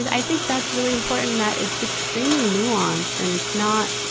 i think that's really important that it's extremely nuanced, and it's not,